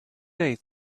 day